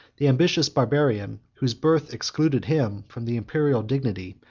the ambitious barbarian, whose birth excluded him from the imperial dignity,